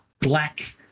black